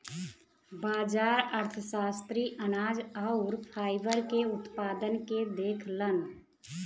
बाजार अर्थशास्त्री अनाज आउर फाइबर के उत्पादन के देखलन